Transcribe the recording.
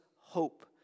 hope